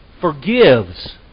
forgives